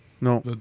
No